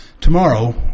Tomorrow